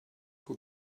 who